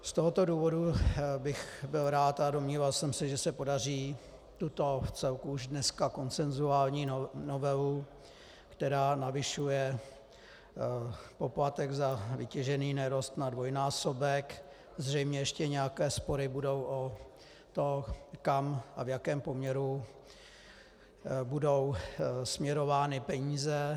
Z tohoto důvodu bych byl rád, a domníval jsem se, že se podaří tuto vcelku již konsenzuální novelu, která navyšuje poplatek za vytěžený nerost na dvojnásobek, zřejmě ještě nějaké spory budou o to, kam a v jakém poměru budou směrovány peníze.